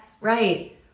Right